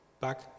back